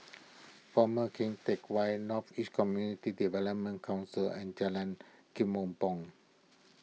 former Keng Teck Whay North East Community Development Council and Jalan